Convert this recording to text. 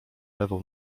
lewą